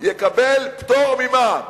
יקבל פטור ממע"מ.